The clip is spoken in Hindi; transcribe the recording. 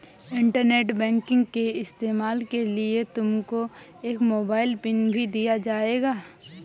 इंटरनेट बैंकिंग के इस्तेमाल के लिए तुमको एक मोबाइल पिन भी दिया जाएगा